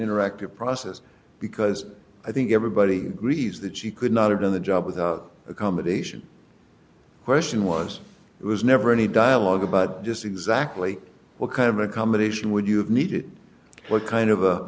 interactive process because i think everybody agrees that she could not have done the job with accommodation question was it was never any dialogue about just exactly what kind of accommodation would you have needed what kind of